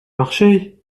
marcher